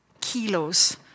kilos